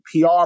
PR